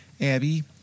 Abby